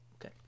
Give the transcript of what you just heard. Okay